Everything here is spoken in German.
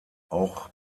auch